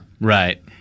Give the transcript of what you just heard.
Right